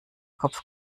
kopf